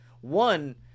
One